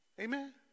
amen